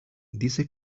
dice